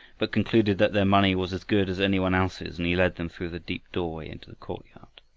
but concluded that their money was as good as any one else's, and he led them through the deep doorway into the courtyard.